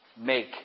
Make